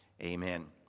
Amen